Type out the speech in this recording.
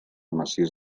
massís